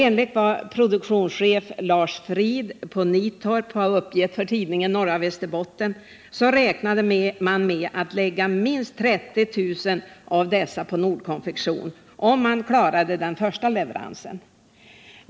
Enligt vad produktionschef Lars Fridh på Nittorp har uppgivit för tidningen Norra Västerbotten räknade man med att lägga minst 30 000 av dessa plagg på 29 Nordkonfektion, om företaget klarade den första leverarsen.